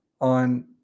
on